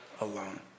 alone